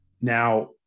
Now